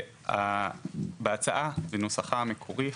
בהצעה בנוסחה המקורי,